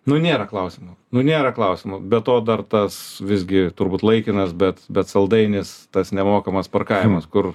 nu nėra klausimų nu nėra klausimų be to dar tas visgi turbūt laikinas bet bet saldainis tas nemokamas parkavimas kur